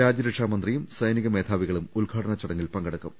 രാജ്യരക്ഷാ മന്ത്രിയും സൈനിക മേധാവി കളും ഉദ്ഘാടന ചടങ്ങിൽ പങ്കെടുക്കും